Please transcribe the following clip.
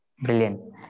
Brilliant